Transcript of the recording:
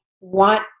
want